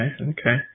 Okay